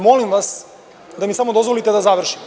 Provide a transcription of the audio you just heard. Molim vas da mi samo dozvolite da završim.